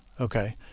Okay